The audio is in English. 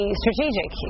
strategic